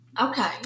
Okay